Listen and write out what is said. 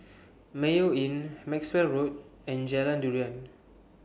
Mayo Inn Maxwell Road and Jalan Durian